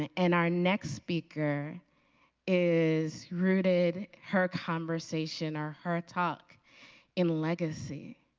and our next speaker is rooted, her conversation or her talk in legacy,